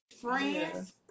friends